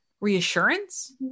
reassurance